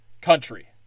country